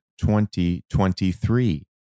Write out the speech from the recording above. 2023